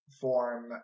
form